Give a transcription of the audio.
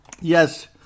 yes